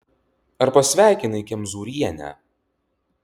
ar pasveikinai kemzūrienę